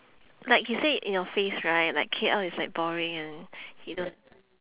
like he said it in your face right like K_L is like boring and he don't